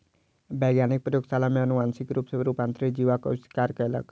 वैज्ञानिक प्रयोगशाला में अनुवांशिक रूप सॅ रूपांतरित जीवक आविष्कार कयलक